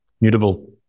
Mutable